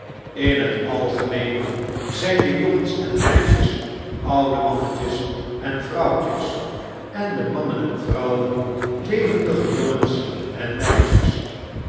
in tietalgemeen zyn de jongens en meisjes oude mannetjes en vrouwtjes en de mannen en vrouwen levendige jongens en meisjes